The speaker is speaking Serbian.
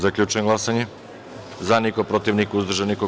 Zaključujem glasanje: za – niko, protiv – niko, uzdržan – niko.